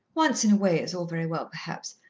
once in a way is all very well, perhaps,